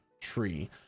tree